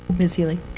ms. healy?